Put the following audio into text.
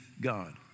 God